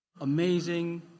amazing